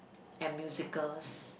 and musicals